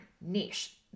niche